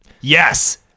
Yes